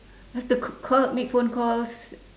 I have to c~ call make phone calls